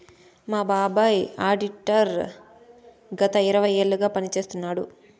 మా బాబాయ్ ఆడిటర్ గత ఇరవై ఏళ్లుగా పని చేస్తున్నాడు